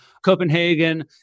Copenhagen